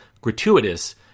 gratuitous